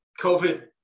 covid